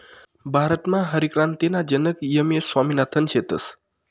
भारतमा हरितक्रांतीना जनक एम.एस स्वामिनाथन शेतस